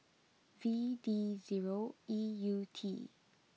V D zero E U T